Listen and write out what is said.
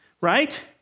right